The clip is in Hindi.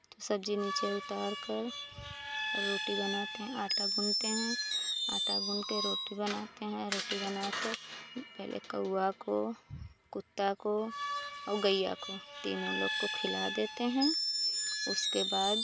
तो सब्ज़ी नीचे उतार कर रोटी बनाते हैं आटा गूँदते हैं आटा गूँद कर रोटी बनाते हैं रोटी बनाकर पहले कौवा को कुत्ते को और गैया को तीनों लोग को खिला देते हैं उसके बाद